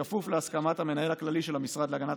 בכפוף להסכמת המנהל הכללי של המשרד להגנת